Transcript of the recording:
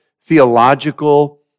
theological